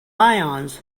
ions